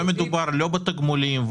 לא מדובר בתגמולים,